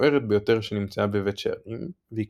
המפוארת ביותר שנמצאה בבית שערים והיא